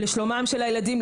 לשלומם של הילדים,